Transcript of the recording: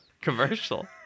commercial